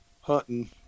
hunting